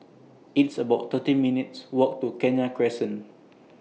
It's about thirty minutes' Walk to Kenya Crescent